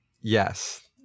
Yes